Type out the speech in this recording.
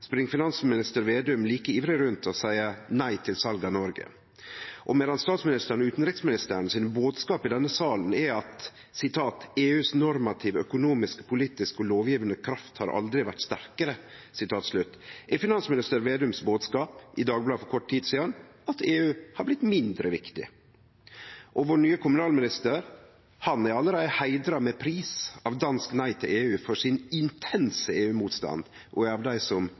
spring finansminister Vedum like ivrig rundt og seier «nei til sal av Noreg». Og medan bodskapen frå statsministeren og utanriksministeren i denne salen er at «EUs normative, økonomiske, politiske og lovgivende kraft har aldri vært sterkere», er bodskapen frå finansminister Vedum i Dagbladet for kort tid sidan at EU har blitt mindre viktig. Den nye kommunalministeren vår er allereie heidra med pris av Danmarks Nei til EU for sin intense EU-motstand og er blant dei som